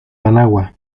managua